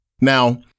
Now